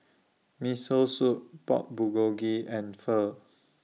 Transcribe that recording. Miso Soup Pork Bulgogi and Pho